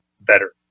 better